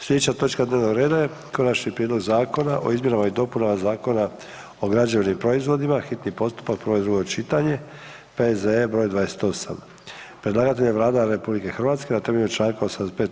Sljedeća točka dnevnog reda je: - Konačni prijedlog Zakona o izmjenama i dopunama Zakona o građevnim proizvodima, hitni postupak, prvo i drugo čitanje, P.Z.E. broj 28 Predlagatelj je Vlada Republike Hrvatske na temelju članka 85.